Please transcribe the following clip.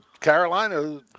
Carolina